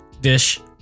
dish